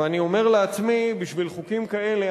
ואני אומר לעצמי: בשביל חוקים כאלה,